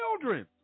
children